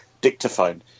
dictaphone